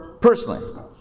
Personally